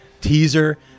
teaser